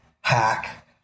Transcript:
hack